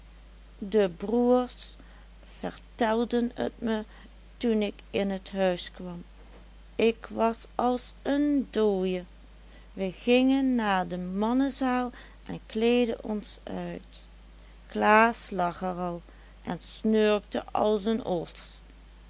de broers vertelden t me toen ik in t huis kwam ik was as en dooie we gingen na de mannezaal en kleedden ons uit klaas lag er al en snurkte as en os